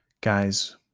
Guys